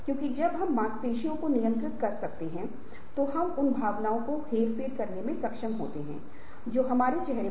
और जब हम इसके बारे में बात करते हैं तो यह बदलाव सभी के लिए फिट होने के बजाय एक को फिट होना चाहिए